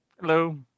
Hello